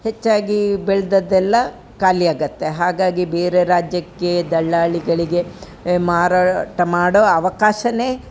ಹೆಚ್ಚಾಗಿ ಬೆಳೆದದ್ದೆಲ್ಲ ಖಾಲಿಯಾಗುತ್ತೆ ಹಾಗಾಗಿ ಬೇರೆ ರಾಜ್ಯಕ್ಕೆ ದಲ್ಲಾಳಿಗಳಿಗೆ ಮಾರಾಟಮಾಡೋ ಅವಕಾಶವೇ